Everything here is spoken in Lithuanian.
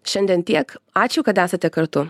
šiandien tiek ačiū kad esate kartu